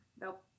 Nope